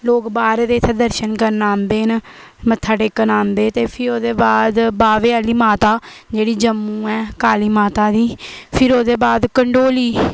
लोक बाह्रें दे इत्थै दर्शन करन औंदे दे न मत्था टेकन औंदे ते फ्ही ओह्दे बा'द बाह्वे आह्ली माता जेह्ड़ी जम्मू ऐ काली माता बी फिर औदे बा'द कण्डोली